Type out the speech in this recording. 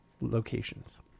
locations